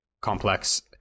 complex